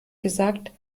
gesagt